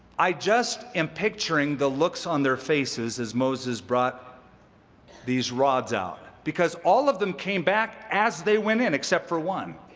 i just am picturing the looks on their faces as moses brought these rods out, because all of them came back as they went in, except for one.